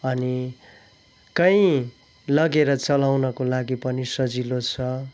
अनि कहीँ लगेर चलाउनको लागि पनि सजिलो छ